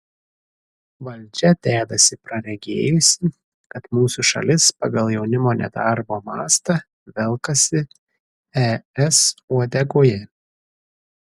valdžia dedasi praregėjusi kad mūsų šalis pagal jaunimo nedarbo mastą velkasi es uodegoje